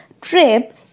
trip